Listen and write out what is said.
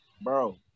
Bro